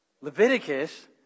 Leviticus